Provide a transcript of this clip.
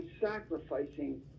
sacrificing